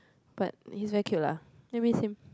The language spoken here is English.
but he's very cute lah I miss him